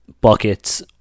buckets